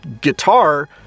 guitar